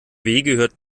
gehört